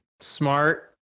Smart